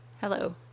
hello